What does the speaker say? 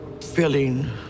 feeling